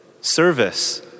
Service